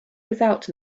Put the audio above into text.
without